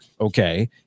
okay